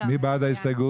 מי בעד ההסתייגות?